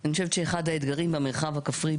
אני חושבת שאחד האתגרים במרחב הכפרי,